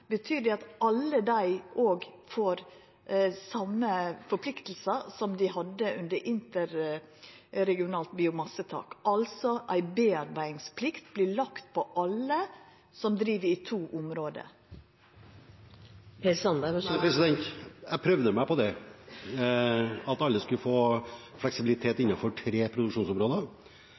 Betyr det òg at alle dei får dei same forpliktingane som dei hadde under interregionalt biomassetak, altså at ei bearbeidingsplikt vert lagd på alle som driv i to område? Nei, jeg prøvde meg på at alle skulle få fleksibilitet innenfor tre